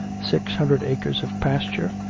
six hundred acres of pasture,